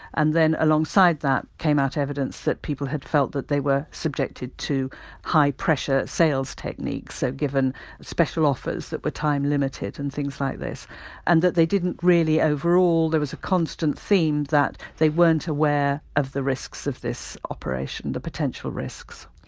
and then alongside that came out evidence that people had felt that they were subjected to high pressure sales techniques, so given special offers that were time limited and things like this and that they didn't really overrule there was a constant theme that they weren't aware of the risks of this operation, the potential risks.